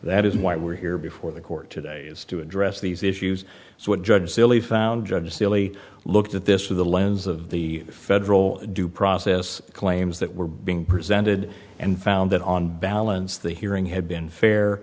that is why we're here before the court today is to address these issues what judge silly found judge silly looked at this through the lens of the federal due process claims that were being presented and found that on balance the hearing had been fair